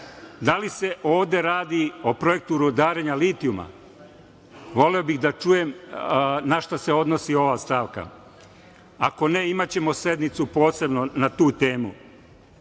Da li se ovde radi o projektu rudarenja litijuma? Voleo bih da čujem na šta se odnosi ova stavka, a ako ne imaćemo sednicu posebno na tu temu. Što